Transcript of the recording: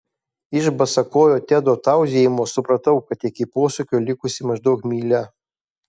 iš basakojo tedo tauzijimo supratau kad iki posūkio likusi maždaug mylia